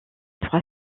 trois